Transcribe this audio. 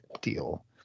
deal